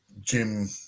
Jim